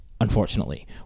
unfortunately